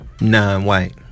non-white